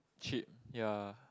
cheap ya